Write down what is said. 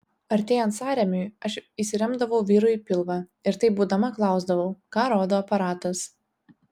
artėjant sąrėmiui aš įsiremdavau vyrui į pilvą ir taip būdama klausdavau ką rodo aparatas